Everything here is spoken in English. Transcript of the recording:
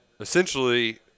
essentially